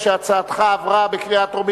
התש"ע 2010,